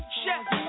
chef